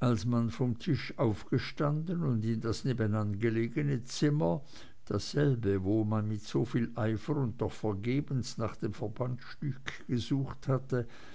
als man von tisch aufgestanden und in das nebenan gelegene zimmer dasselbe wo man mit so viel eifer und doch vergebens nach dem verbandstück gesucht hatte